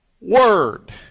word